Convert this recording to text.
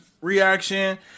reaction